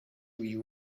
you